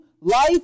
life